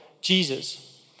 Jesus